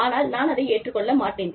ஆனால் நான் அதை ஏற்றுக் கொள்ள மாட்டேன்